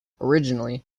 originally